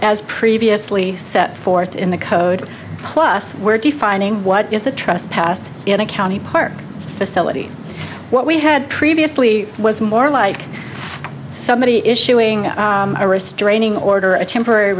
as previously set forth in the code plus we're defining what is a trespass in a county park facility what we had previously was more like somebody issuing a restraining order a temporary